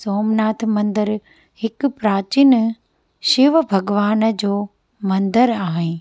सोमनाथ मंदरु हिकु प्राचीन शिव भगवान जो मंदरु आहे